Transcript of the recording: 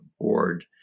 board